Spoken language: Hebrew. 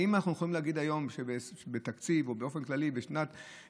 האם אנחנו יכולים להגיד היום שבאופן כללי בתקציב לשנים 2021,